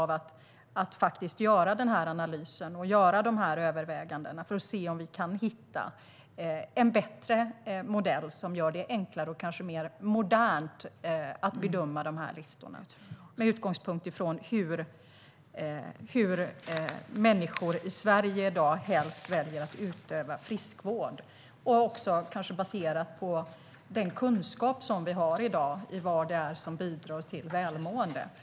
Vi ska göra den här analysen och dessa överväganden för att se om vi kan hitta en bättre modell som gör det enklare och kanske mer modernt att bedöma listorna - detta med utgångspunkt från hur människor i Sverige i dag helst väljer att utöva friskvård, kanske baserat på den kunskap som finns om vad det är som bidrar till välmående.